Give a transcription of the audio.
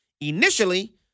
Initially